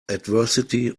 adversity